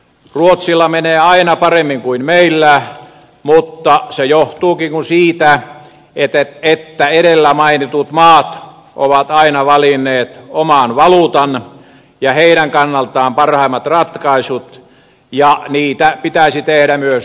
ruotsilla menee aina paremmin kuin meillä mutta se johtuukin siitä että edellä mainitut maat ovat aina valinneet oman valuutan ja heidän kannaltaan parhaimmat ratkaisut ja niitä pitäisi tehdä myös suomessakin